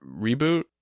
reboot